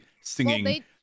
singing